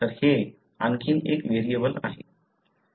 तर हे आणखी एक व्हेरिएबल आहे